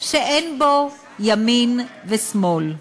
שאין בו ימין ושמאל.